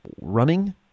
running